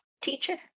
Teacher